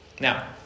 Now